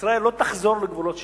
שישראל לא תחזור לגבולות 67',